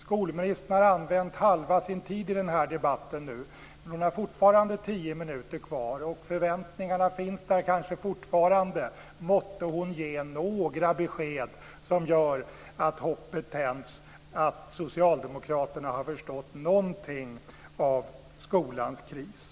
Skolministern har använt halva sin tid i denna debatt, men hon har fortfarande tio minuter kvar, och förväntningarna finns kanske fortfarande: Måtte hon ge några besked som gör att hoppet tänds att socialdemokraterna har förstått någonting av skolans kris.